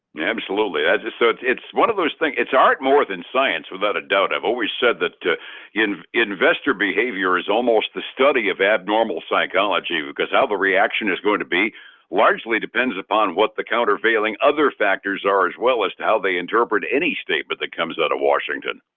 and absolutely i just so it's it's one of those think it's art more than science without a doubt i've always said that in investor behavior is almost the study of abnormal psychology because how the reaction is going to be largely depends upon what the countervailing other factors are as well as to how they interpret any statement that comes out of washington.